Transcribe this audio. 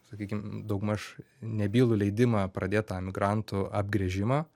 sakykim daugmaž nebylų leidimą pradėt tą emigrantų apgręžimą